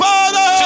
Father